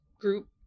group